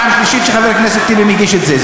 פעם שלישית שחבר הכנסת טיבי מגיש את זה,